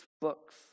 books